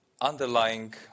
underlying